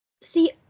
see